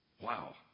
Wow